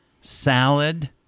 salad